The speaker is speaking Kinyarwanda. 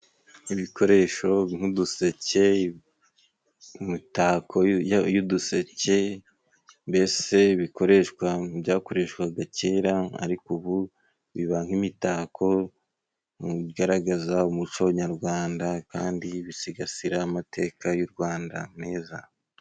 Ibikoresho nk'uduseke, imitako y'uduseke, mbese bikoreshwa mu byakoreshwaga kera, ariko ubu biba nk'imitako bigaragaza umuco nyarwanda, kandi bisigasira amateka y'u Rwanda meza.